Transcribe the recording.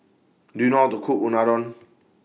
Do YOU know How to Cook Unadon